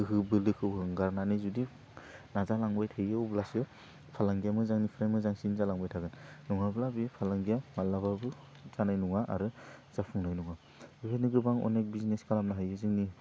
गोहो बोलोखौ होंगारनानै जुदि नाजा लांबाय थायो अब्लासो फालांगिया मोजांनिफ्राय मोजांसिन जालांबाय थागोन नङाबा बे फालांगिया मालाबाबो जानाय नङा आरो जाफुंनाय नङा बेखायनो गोबां अनेक बिजिनेस खालामनो हायो जोंनि